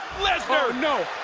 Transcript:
lesnar. no.